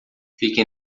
fica